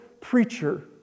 preacher